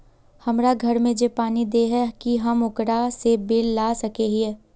हमरा घर में जे पानी दे है की हम ओकरो से बिल ला सके हिये?